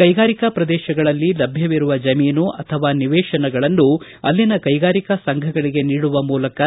ಕೈಗಾರಿಕಾ ಪ್ರದೇಶಗಳಲ್ಲಿ ಲಭ್ಯವಿರುವ ಜಮೀನು ಅಥವಾ ನಿವೇಶನಗಳನ್ನು ಅಲ್ಲಿನ ಕೈಗಾರಿಕೆ ಸಂಘಗಳಿಗೆ ನೀಡುವ ಮೂಲಕ